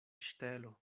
ŝtelo